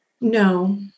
No